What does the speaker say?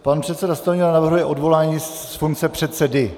Pan předseda Stanjura navrhuje odvolání z funkce předsedy.